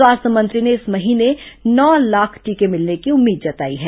स्वास्थ्य मंत्री ने इस महीने नौ लाख टीके मिलने की उम्मीद जताई हैं